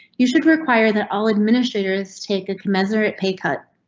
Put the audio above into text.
you should require that all administrators take a commensurate pay cut.